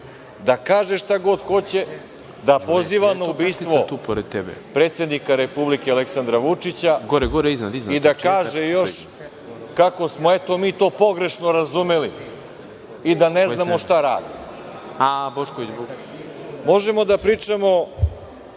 da kaže šta god hoće, da poziva na ubistvo predsednika Republike, Aleksandra Vučića, i da kaže još kako smo mi to pogrešno razumeli i da ne znamo šta radi. Možemo da pričamo